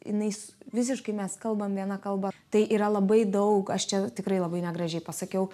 jinai visiškai mes kalbam viena kalba tai yra labai daug aš čia tikrai labai negražiai pasakiau